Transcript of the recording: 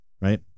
right